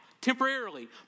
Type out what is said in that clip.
temporarily